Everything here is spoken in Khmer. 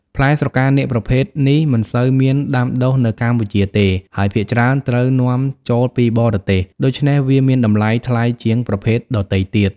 ផ្លែស្រកានាគប្រភេទនេះមិនសូវមានដាំដុះនៅកម្ពុជាទេ ហើយភាគច្រើនត្រូវនាំចូលពីបរទេស ដូច្នេះវាមានតម្លៃថ្លៃជាងប្រភេទដទៃទៀត។